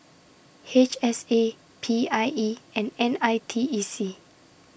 H S A P I E and N I T E C